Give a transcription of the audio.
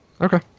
Okay